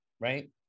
right